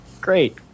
Great